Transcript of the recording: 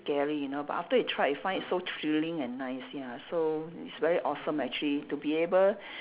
scary you know but after you tried it you find it so thrilling and nice ya so it's very awesome actually to be able